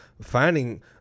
finding